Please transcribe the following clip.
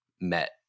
met